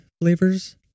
flavors